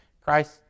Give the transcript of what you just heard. Christ